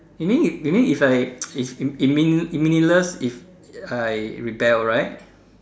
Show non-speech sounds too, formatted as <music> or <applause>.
you mean you mean if I <noise> it's it meaning~ meaningless if I rebel right